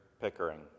Pickering